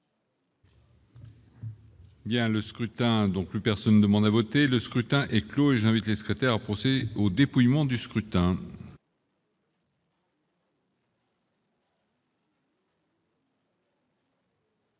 y a le scrutin dont plus personne demande à voter, le scrutin est clos et j'invite les secrétaires procéder au dépouillement du scrutin.